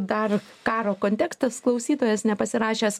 dar karo kontekstas klausytojas nepasirašęs